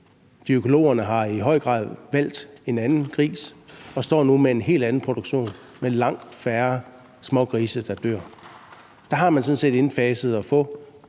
Økologerne har i vidt omfang valgt en anden gris og står nu med en helt anden produktion med langt færre smågrise, der dør. Der har man sådan set fået indfaset at